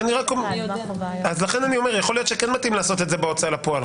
--- אז לכן אני אומר שיכול להיות שכן מתאים לעשות את זה בהוצאה לפועל,